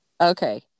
Okay